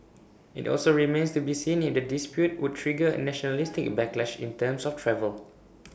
IT also remains to be seen if the dispute would trigger A nationalistic backlash in terms of travel